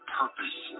purpose